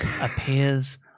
appears